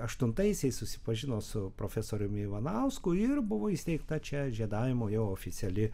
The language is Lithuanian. aštuntaisiais susipažino su profesoriumi ivanausku ir buvo įsteigta čia žiedavimo jau oficiali